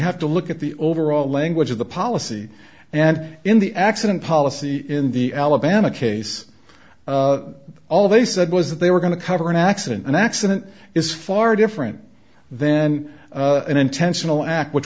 have to look at the overall language of the policy and in the accident policy in the alabama case all they said was that they were going to cover an accident an accident is far different then an intentional act which